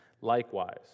Likewise